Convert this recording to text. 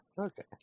Okay